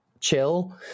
chill